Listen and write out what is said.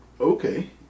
Okay